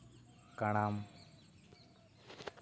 ᱠᱟᱨᱟᱢ